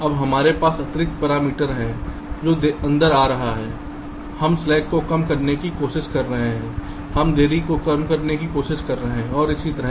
अब हमारे पास अतिरिक्त पैरामीटर है जो अंदर आ रहा है हम स्लैक को कम करने की कोशिश कर रहे हैं हम देरी को कम करने की कोशिश कर रहे हैं और इसी तरह